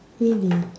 really